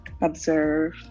Observe